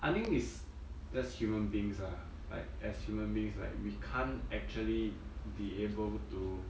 I think it's just human beings ah like as human beings like we can't actually be able to